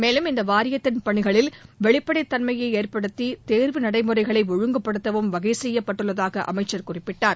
மேலும் இந்த வாரியத்தின் பணிகளில் வெளிப்படைதன்மையை ஏற்படுத்தி தேர்வு நடைமுறைகளை ஒழுங்குப்படுத்தவும் வகை செய்யப்பட்டுள்ளதாக அமைச்சர் குறிப்பிட்டார்